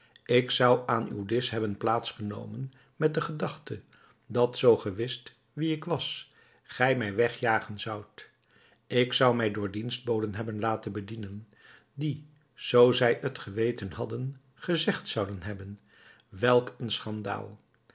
ik zou aan uw disch hebben plaats genomen met de gedachte dat zoo ge wist wie ik was gij mij wegjagen zoudt ik zou mij door dienstboden hebben laten bedienen die zoo zij t geweten hadden gezegd zouden hebben welk een schandaal